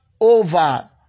over